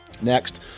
Next